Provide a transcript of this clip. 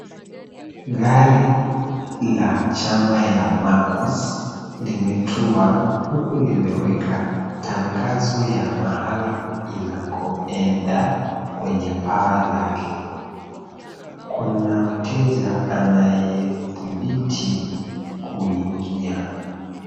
Gari la chama ya Makos limetua huku limeweka tangazo ya mahala inakoenda kwenye paa lake. Kuna mteja anayedhibiti kuingia.